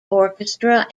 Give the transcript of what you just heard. orchestra